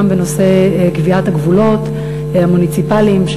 גם בנושא קביעת הגבולות המוניציפליים,